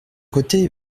côté